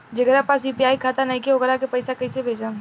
जेकरा पास यू.पी.आई खाता नाईखे वोकरा के पईसा कईसे भेजब?